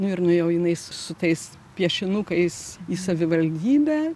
nu ir nuėjo jinai su tais piešinukais į savivaldybę